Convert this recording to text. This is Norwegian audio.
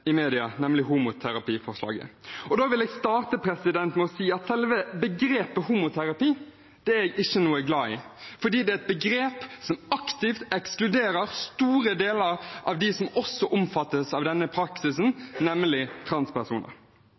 i media, nemlig homoterapiforslaget. Da vil jeg starte med å si at selve begrepet «homoterapi» er jeg ikke noe glad i, for det er et begrep som aktivt ekskluderer store deler av dem som også omfattes av denne praksisen, nemlig transpersoner.